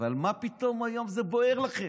אבל מה פתאום היום זה בוער לכם?